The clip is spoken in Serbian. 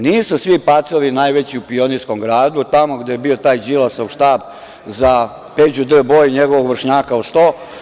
Nisu svi pacovi najveći u Pionirskom gradu, tamo gde je bio taj Đilasov štab za Peđu D Boja i njegovog vršnjaka o sto.